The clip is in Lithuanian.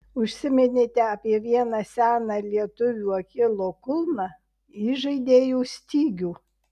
užsiminėte apie vieną seną lietuvių achilo kulną įžaidėjų stygių